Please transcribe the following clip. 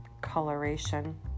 coloration